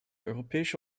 europäische